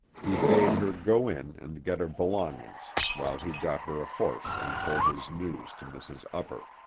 he bade her go in and get her belongings while he got her a horse and told his news to mrs. upper.